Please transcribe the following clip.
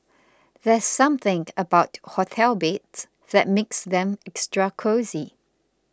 there's something about hotel beds that makes them extra cosy